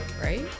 right